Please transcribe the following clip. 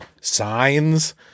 signs